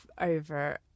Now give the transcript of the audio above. over